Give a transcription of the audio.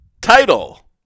Title